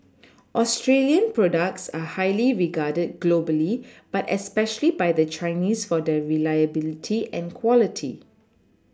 Australian products are highly regarded globally but especially by the Chinese for their reliability and quality